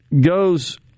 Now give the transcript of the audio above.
goes